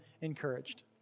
encouraged